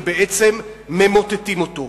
ובעצם ממוטטים אותו.